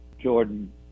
Jordan